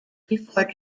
before